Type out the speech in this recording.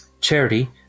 Charity